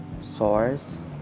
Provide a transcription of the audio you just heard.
source